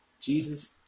Jesus